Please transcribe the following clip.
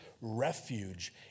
refuge